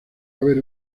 haber